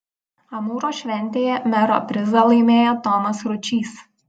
amūro šventėje mero prizą laimėjo tomas ručys